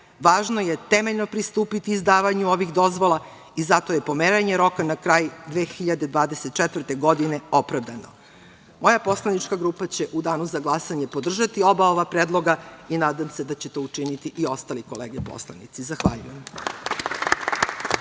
važno je temeljno pristupiti izdavanju ovih dozvola i zato je pomeranje roka na kraj 2024. godine opravdano. Moja poslanička grupa će u danu za glasanje podržati oba ova predloga i nadam se da će to učiniti i ostale kolege poslanici. Zahvaljujem.